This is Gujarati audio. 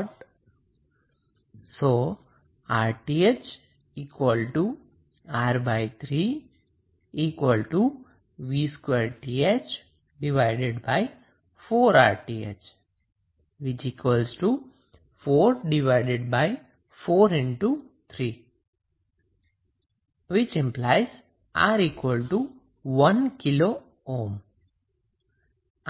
RTh R3VTh24RTh 443mWR 1 kΩ દ્વારા આપી શકાય છે